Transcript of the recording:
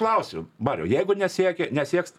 klausiu mariau jeigu nesieki nesieks